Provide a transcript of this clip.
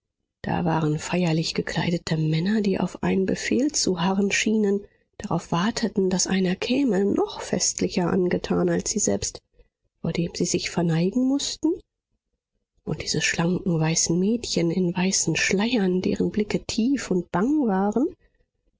da waren feierlich gekleidete männer die auf einen befehl zu harren schienen darauf warteten daß einer käme noch festlicher angetan als sie selbst vor dem sie sich verneigen mußten und diese schlanken weißen mädchen in weißen schleiern deren blicke tief und bang waren